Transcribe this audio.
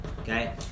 okay